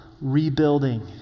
rebuilding